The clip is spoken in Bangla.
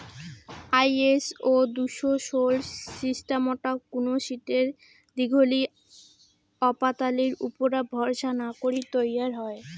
আই.এস.ও দুশো ষোল সিস্টামটা কুনো শীটের দীঘলি ওপাতালির উপুরা ভরসা না করি তৈয়ার হই